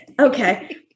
Okay